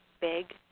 big